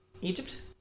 Egypt